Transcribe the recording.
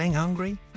hungry